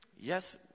Yes